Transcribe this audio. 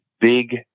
big